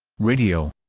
radio.